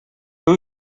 who